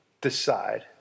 decide